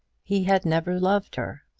he had never loved her.